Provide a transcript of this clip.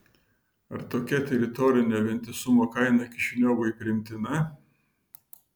ar tokia teritorinio vientisumo kaina kišiniovui priimtina